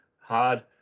Hard